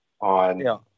on –